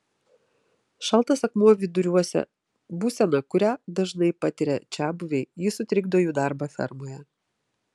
šaltas akmuo viduriuose būsena kurią dažnai patiria čiabuviai ji sutrikdo jų darbą fermoje